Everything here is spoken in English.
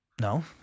No